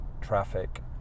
Traffic